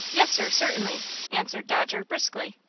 yes, sir certainly, answered dodger, briskly.